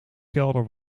kelder